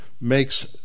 makes